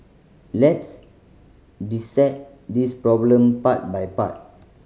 let's dissect this problem part by part